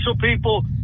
people